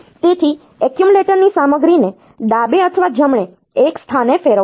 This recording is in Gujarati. તેથી તે એક્યુમ્યુલેટરની સામગ્રીને ડાબે અથવા જમણે એક સ્થાને ફેરવશે